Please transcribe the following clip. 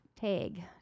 tag